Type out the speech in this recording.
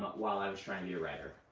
while i was trying to be a writer.